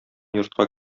йортка